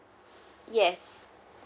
yes